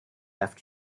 after